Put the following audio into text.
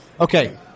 okay